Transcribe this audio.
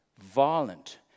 violent